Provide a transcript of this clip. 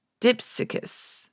Dipsicus